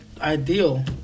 ideal